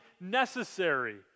necessary